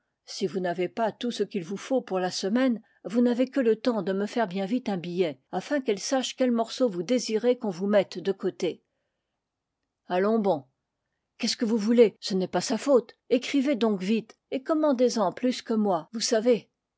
si vous n'avez pas tout ce qu'il vous faut pour la semaine vous n'avez que le temps de me faire bien vite un billet afin qu'elle sache quels mor ceaux vous désirez qu'on vous mette de côté allons bon qu'est-ce que vous voulez ce n'est pas sa faute ecrivez donc vite et commandez en plus que moins vous savez